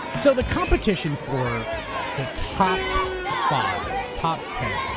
so the competition for the top five, top ten,